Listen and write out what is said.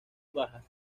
bajas